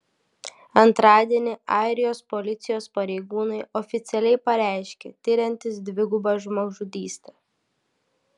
antradienį airijos policijos pareigūnai oficialiai pareiškė tiriantys dvigubą žmogžudystę